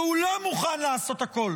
כי הוא לא מוכן לעשות הכול